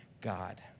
God